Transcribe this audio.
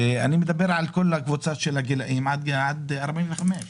אני מדבר על כל הקבוצה של הגילאים עד 45,